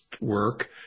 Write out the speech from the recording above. work